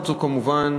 זו כמובן